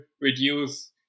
reduce